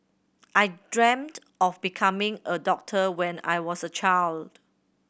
I dreamt of becoming a doctor when I was a child